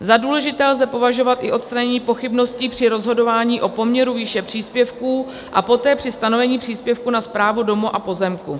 Za důležité lze považovat i odstranění pochybností při rozhodování o poměru výše příspěvků a poté při stanovení příspěvku na správu domu a pozemku.